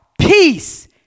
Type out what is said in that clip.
peace